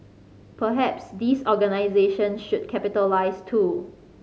perhaps these organisations should capitalise too